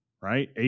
right